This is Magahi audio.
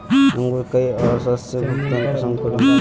अंकूर कई औसत से भुगतान कुंसम करूम?